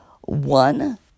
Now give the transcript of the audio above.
one